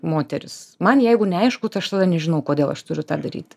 moteris man jeigu neaišku tai aš tada nežinau kodėl aš turiu tą daryt